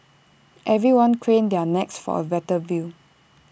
everyone craned their necks for A better view